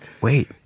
wait